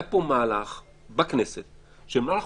היה פה בכנסת מהלך,